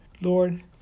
Lord